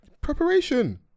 Preparation